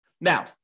Now